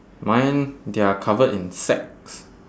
mine they're covered in sacks